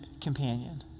companion